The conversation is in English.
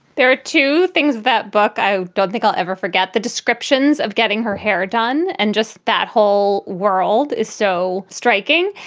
there are two things that book i don't think i'll ever forget the descriptions of getting her hair done. and just that whole world is so striking.